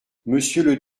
monsieur